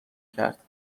کرد